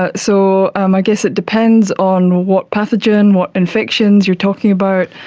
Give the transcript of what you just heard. ah so um i guess it depends on what pathogen, what infections you're talking about,